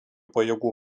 pajėgų